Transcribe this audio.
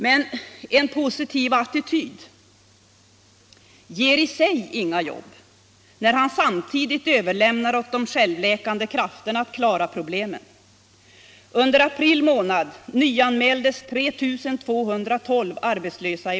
Men en positiv attityd ger i sig inga jobb när han samtidigt överlämnar åt de självläkande krafterna att klara problemen. Herr talman!